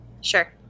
sure